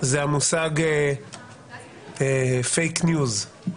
זה המושג "פייק ניוז",